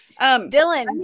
Dylan